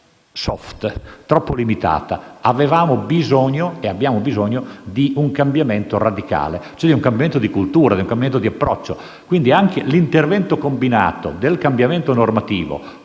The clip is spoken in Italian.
*soft,* troppo limitata. Avevamo e abbiamo bisogno di un cambiamento radicale, cioè di un cambiamento di cultura e di approccio. Quindi, anche l'intervento combinato del cambiamento normativo